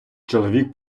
чоловік